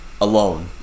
alone